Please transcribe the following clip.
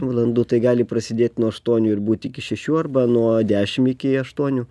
valandų tai gali prasidėt nuo aštuonių ir būti iki šešių arba nuo dešim iki aštuonių